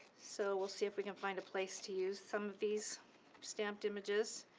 so we'll see if we can find a place to use some of these stamped images.